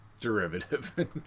derivative